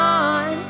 on